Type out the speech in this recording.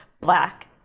black